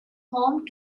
home